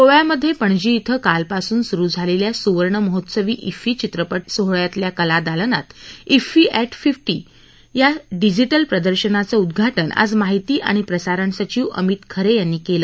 गोव्यामध्ये पणजी इथं कालपासून सुरु झालेल्या सुवर्णमहोत्सवी इफ्फी चित्रप सोहळ्यातल्या कला दालनात इफ्फी अ फिफ् या डिजिज्ज प्रदर्शनाचं उद्घाऊ आज माहिती आणि प्रसारण सचिव अमित खरे यांनी केलं